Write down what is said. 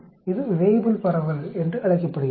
இது வேய்புல் பரவல் என்று அழைக்கப்படுகிறது